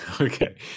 okay